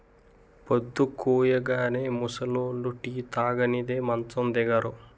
పొద్దుకూయగానే ముసలోళ్లు టీ తాగనిదే మంచం దిగరు